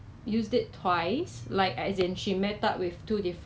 在在 sembawang shopping centre